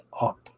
up